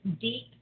deep